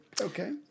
Okay